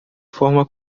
forma